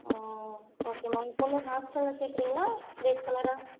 ஓகேம்மா உங்க பொண்ணு ஹாஸ்டலில் சேர்க்குறீங்களா டேஸ்காலராக